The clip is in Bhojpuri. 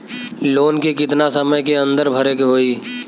लोन के कितना समय के अंदर भरे के होई?